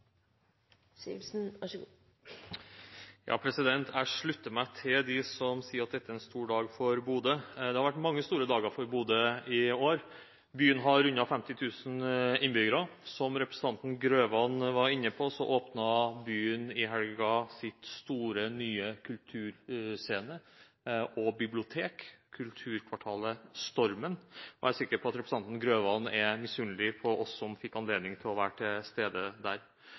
en stor dag for Bodø. Det har vært mange store dager for Bodø i år. Byen har rundet 50 000 innbyggere. Som representanten Grøvan var inne på, åpnet byen i helgen sin store, nye kulturscene og sitt nye bibliotek: kulturkvartalet Stormen. Jeg er sikker på at representanten Grøvan er misunnelig på oss som fikk anledning til å være til stede der.